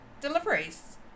deliveries